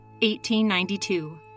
1892